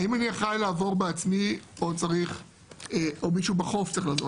האם אני אחראי לבוא בעצמי או מישהו אחר בחוף צריך לבוא?